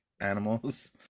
animals